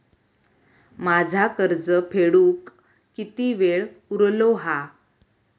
माझा कर्ज फेडुक किती वेळ उरलो हा?